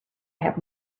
have